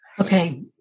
Okay